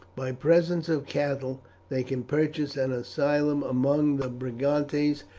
by presents of cattle they can purchase an asylum among the brigantes,